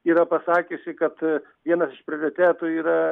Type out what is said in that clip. yra pasakiusi kad vienas iš prioritetų yra